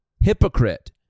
Hypocrite